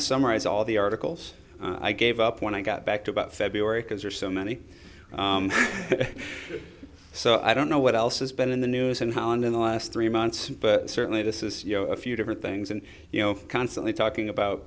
to summarize all the articles i gave up when i got back to about february because there are so many so i don't know what else has been in the news in holland in the last three months but certainly this is you know a few different things and you know constantly talking about